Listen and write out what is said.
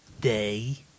day